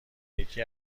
یکی